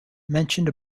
mentioned